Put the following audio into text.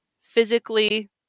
physically